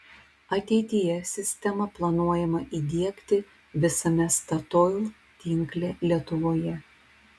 ateityje sistemą planuojama įdiegti visame statoil tinkle lietuvoje